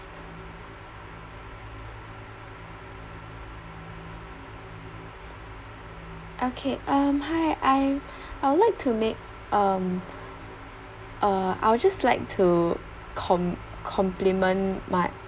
okay um hi I'm I would like to make um uh I would just like to com~ compliment my